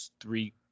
three